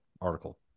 article